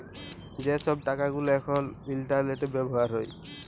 যে ছব টাকা গুলা এখল ইলটারলেটে ব্যাভার হ্যয়